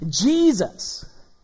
Jesus